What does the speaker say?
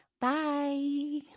Bye